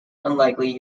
unlikely